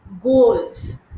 goals